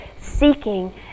seeking